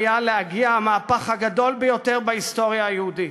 היה יכול להגיע המהפך הגדול ביותר בהיסטוריה היהודית,